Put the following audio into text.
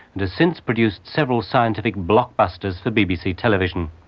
and has since produced several scientific blockbusters for bbc television.